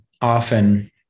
often